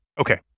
okay